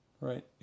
right